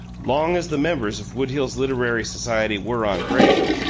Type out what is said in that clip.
long as the members of wood hills literary society were on brain,